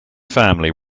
family